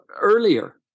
earlier